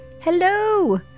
Hello